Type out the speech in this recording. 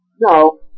No